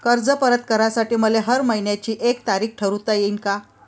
कर्ज परत करासाठी मले हर मइन्याची एक तारीख ठरुता येईन का?